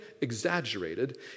exaggerated